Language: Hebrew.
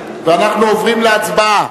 ואנחנו עוברים להצבעה.